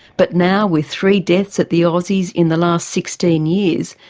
but now with three deaths at the aussies in the last sixteen years,